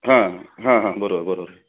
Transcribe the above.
हां हां हां बरोबर बरोबर आहे